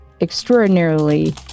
extraordinarily